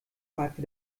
fragte